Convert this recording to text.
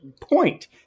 point